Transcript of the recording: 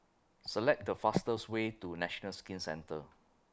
Select The fastest Way to National Skin Centre